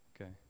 Okay